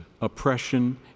oppression